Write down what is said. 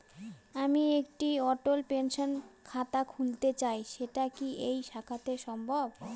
আমি একটি অটল পেনশন খাতা খুলতে চাই সেটা কি এই শাখাতে সম্ভব?